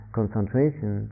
concentration